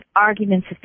arguments